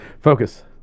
Focus